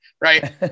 right